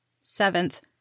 Seventh